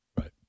Right